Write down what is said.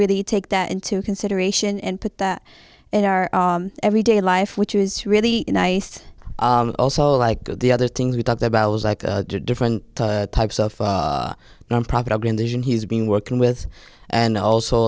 really take that into consideration and put that in our everyday life which is really nice also like the other things we talked about was like different types of nonprofit organization he's been working with and also